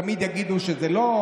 תמיד יגידו שלא.